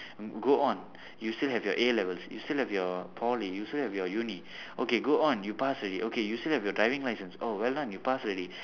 go on you still have your A-levels you still have your poly you still have your uni okay go on you pass already okay you still have your driving license oh well done you pass already